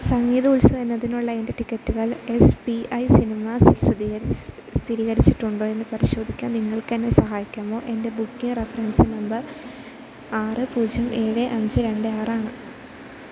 സംഗീതോത്സവം എന്നതിനുള്ള എൻ്റെ ടിക്കറ്റുകൾ എസ് പി ഐ സിനിമാസ് സ്ഥിരീകരിച്ചിട്ടുണ്ടോയെന്ന് പരിശോധിക്കാൻ നിങ്ങൾക്കെന്നെ സഹായിക്കാമോ എൻ്റെ ബുക്കിംഗ് റഫറൻസ് നമ്പർ ആറ് പൂജ്യം എഴ് അഞ്ച് രണ്ട് ആറാണ്